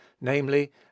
namely